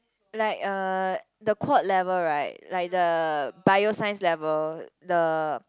like a the Quad level right like the bioscience level the